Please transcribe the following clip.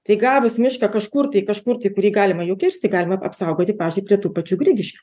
tai gavus mišką kažkur tai kažkur tai kurį galima jau kirsti galima apsaugoti pavyzdžiui prie tų pačių grigiškių